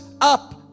up